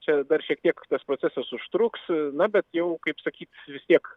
čia dar šiek tiek tas procesas užtruks na bet jau kaip sakyt vis tiek